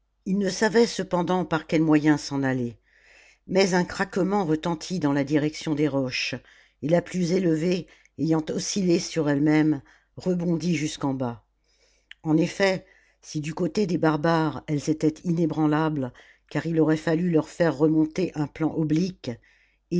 ils ne savaient cependant par quel moyen s'en aller mais un craquement retentit dans la direction des roches et la plus élevée ayant oscillé sur ellemême rebondit jusqu'en bas en effet si du côté des barbares elles étaient inébranlables car il aurait fallu leur faire remonter un plan oblique